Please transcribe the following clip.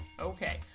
okay